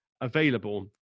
available